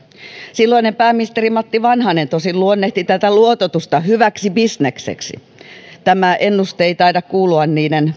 silloinen pääministeri matti vanhanen tosin luonnehti tätä luototusta hyväksi bisnekseksi tämä ennuste ei taida kuulua